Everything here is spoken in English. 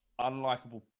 unlikable